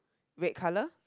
red colour